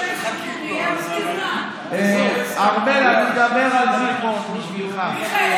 זיכרון, ארבל, אני אדבר על זיכרון בשבילך,